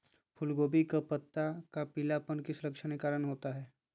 फूलगोभी का पत्ता का पीलापन किस लक्षण के कारण होता है?